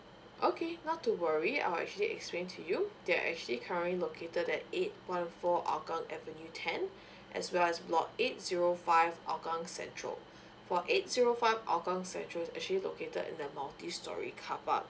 okay not to worry I'll actually explain to you there are actually currently located at eight one four hougang avenue ten as well as block eight zero five hougang central for eight zero five hougang central actually located in the multi storey carpark